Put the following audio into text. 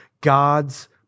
God's